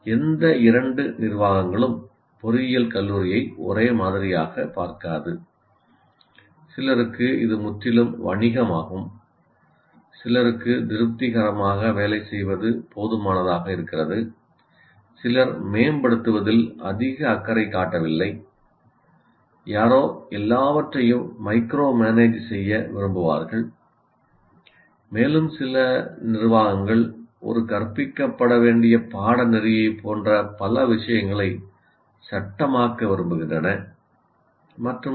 எந்த இரண்டு நிர்வாகங்களும் பொறியியல் கல்லூரியை ஒரே மாதிரியாகப் பார்க்காது சிலருக்கு இது முற்றிலும் வணிகமாகும் சிலருக்கு திருப்திகரமாக வேலை செய்வது போதுமானதாக இருக்கிறது சிலர் மேம்படுத்துவதில் அதிக அக்கறை காட்டவில்லை யாரோ எல்லாவற்றையும் மைக்ரோமேனேஜ் செய்ய விரும்புவார்கள் மேலும் சில நிர்வாகங்கள் ஒரு கற்பிக்கப்பட வேண்டிய பாடநெறியைப் போன்ற பல விஷயங்களை சட்டமாக்க விரும்புகின்றன மற்றும் பல